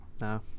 No